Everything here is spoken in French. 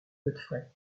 godfrey